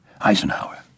Eisenhower